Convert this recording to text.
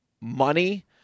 money